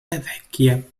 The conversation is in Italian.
vecchie